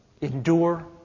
endure